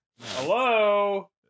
Hello